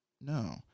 No